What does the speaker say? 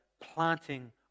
planting